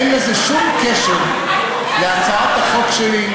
אין לזה שום קשר להצעת החוק שלי,